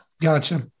Gotcha